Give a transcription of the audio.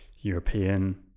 European